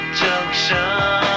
junction